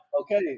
Okay